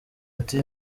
ati